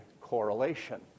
correlation